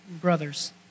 brothers